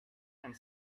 and